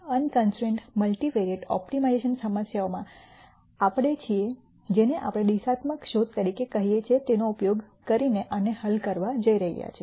unconstrained multivariant optimization સમસ્યાઓમાં આપણે છીએ જેને આપણે દિશાત્મક શોધ તરીકે કહીએ છીએ તેનો ઉપયોગ કરીને આને હલ કરવા જઈ રહ્યા છીએ